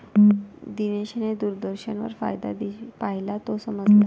दिनेशने दूरदर्शनवर फायदा पाहिला, तो समजला